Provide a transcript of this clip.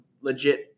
legit